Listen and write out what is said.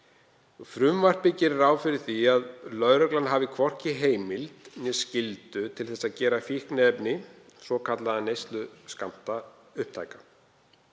Frumvarpið gerir ráð fyrir því að lögreglan hafi hvorki heimild né skyldu til að gera fíkniefni, svokallaða neysluskammta, upptæka.